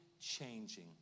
changing